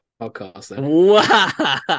podcast